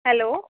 hello